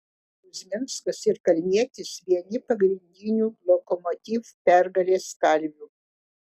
kuzminskas ir kalnietis vieni pagrindinių lokomotiv pergalės kalvių